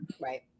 Right